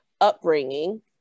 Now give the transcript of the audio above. upbringing